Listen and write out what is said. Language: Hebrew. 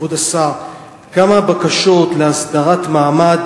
כבוד השר: 1. כמה בקשות להסדרת מעמד